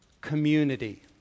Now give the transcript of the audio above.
community